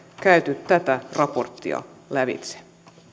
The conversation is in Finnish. käyty tätä raporttia lävitse